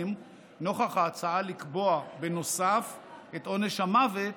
נוכח ההצעה לקבוע בנוסף את עונש המוות